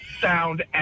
sound